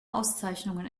auszeichnungen